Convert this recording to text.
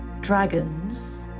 dragons